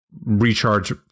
recharge